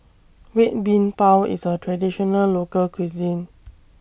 Red Bean Bao IS A Traditional Local Cuisine